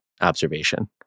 observation